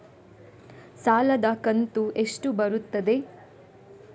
ಸಾಲದ ಕಂತು ಎಷ್ಟು ಬರುತ್ತದೆ?